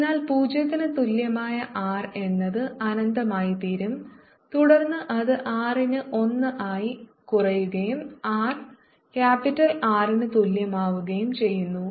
അതിനാൽ 0 ന് തുല്യമായ r എന്നത് അനന്തമായിത്തീരും തുടർന്ന് അത് R ന് 1 ആയി കുറയുകയും R ക്യാപിറ്റൽ R ന് തുല്യമാവുകയും ചെയ്യുന്നു